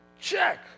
check